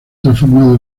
transformado